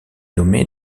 nommé